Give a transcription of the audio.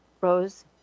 Rose